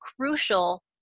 crucial